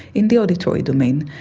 in the auditory domain.